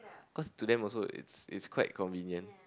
cause to them also it's it's quite convenient